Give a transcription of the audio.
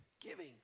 giving